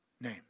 name